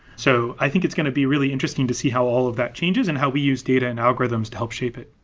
so i think it's going to be really interesting to see how all of that changes and how we use data and algorithms to help shape it.